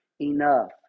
enough